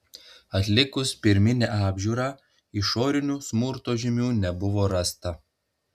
atlikus pirminę apžiūrą išorinių smurto žymių nebuvo rasta